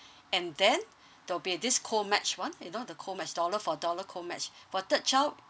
and then there'll be this co match one you know the co match dollar for dollar co match for third child